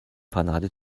panade